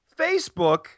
Facebook